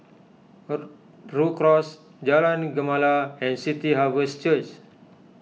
Rhu Cross Jalan Ni Gemala and City Harvest Church